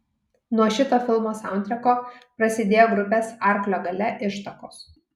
nuo šito filmo saundtreko prasidėjo grupės arklio galia ištakos